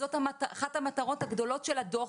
זאת אחת המטרות הגדולות של הדוח,